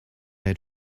had